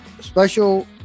special